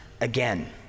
again